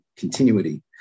continuity